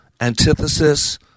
antithesis